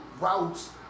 routes